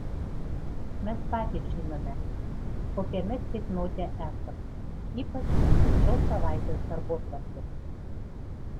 mes patys žinome kokiame ceitnote esam ypač dėl šios savaitės darbotvarkės